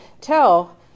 tell